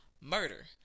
murder